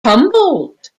humboldt